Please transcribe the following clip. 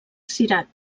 cirat